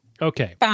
Okay